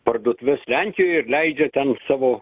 parduotuves lenkijoj ir leidžia ten savo